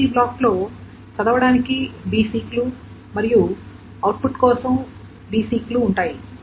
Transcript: ఈ ప్రతి బ్లాక్లో చదవడానికి b సీక్ లు మరియు అవుట్పుట్ కోసం b సీక్ లు ఉంటాయి